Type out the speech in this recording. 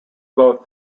both